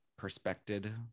perspected